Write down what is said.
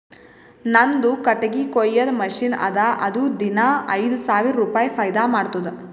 ನಂದು ಕಟ್ಟಗಿ ಕೊಯ್ಯದ್ ಮಷಿನ್ ಅದಾ ಅದು ದಿನಾ ಐಯ್ದ ಸಾವಿರ ರುಪಾಯಿ ಫೈದಾ ಮಾಡ್ತುದ್